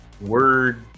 word